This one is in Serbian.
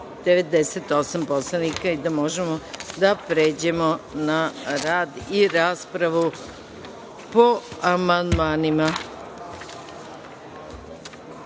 poslanika i da možemo da pređemo na rad i raspravu po amandmanima. Danas